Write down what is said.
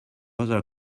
other